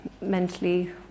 mentally